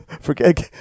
Forget